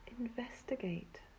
investigate